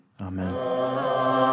Amen